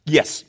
Yes